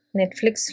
Netflix